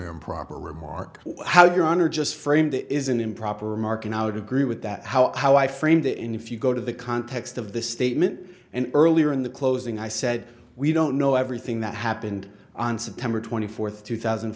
was an improper remark how your honor just framed it is an improper remark and i would agree with that how i framed it in if you go to the context of the statement and earlier in the closing i said we don't know everything that happened on september twenty fourth two thousand